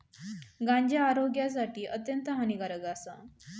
गांजा आरोग्यासाठी अत्यंत हानिकारक आसा